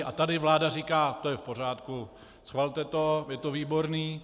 A tady vláda říká to je v pořádku, schvalte to, je to výborné.